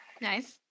Nice